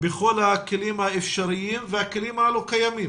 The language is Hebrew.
בכל הכלים האפשריים והכלים הלא קיימים,